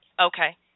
Okay